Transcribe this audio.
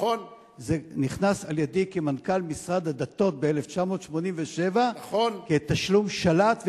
זה נכנס על-ידי כמנכ"ל משרד הדתות ב-1987 כתשלום של"ת,